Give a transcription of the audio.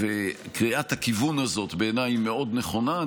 וקריאת הכיוון הזאת היא מאוד נכונה בעיניי.